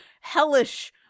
hellish